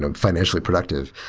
um financially productive,